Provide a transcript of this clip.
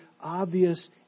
obvious